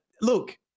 look